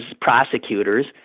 prosecutors